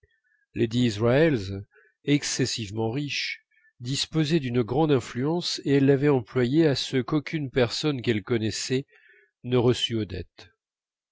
lady israels excessivement riche disposait d'une grande influence et elle l'avait employée à ce qu'aucune personne qu'elle connaissait ne reçût odette